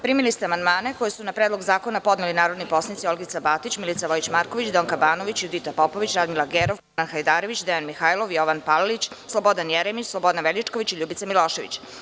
Primili ste amandmane koje su na Predlog zakona podneli narodni poslanici: Olgica Batić, Milica Vojić Marković, Donka Banović, Judita Popović, Radmila Gerov, Kenan Hajdarević, Dejan Mihajlov, Jovan Palalić, Slobodan Jeremić, Slobodan Veličković i Ljubica Milošević.